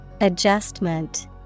Adjustment